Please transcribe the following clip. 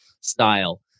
style